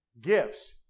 gifts